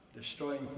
destroying